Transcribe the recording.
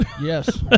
Yes